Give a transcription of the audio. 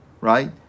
right